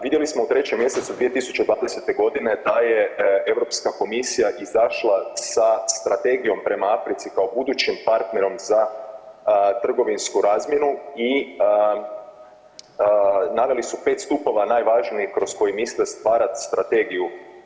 Vidjeli smo u 3. mjesecu 2020.g. da je Europska komisija izašla sa strategijom prema Africi kao budućim partnerom za trgovinsku razmjenu i naveli su 5 stupova najvažnijih kroz koji misle stvarat strategiju.